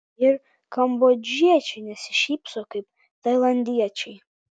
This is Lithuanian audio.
ir kambodžiečiai nesišypso kaip tailandiečiai